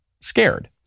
scared